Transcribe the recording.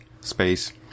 space